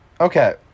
Okay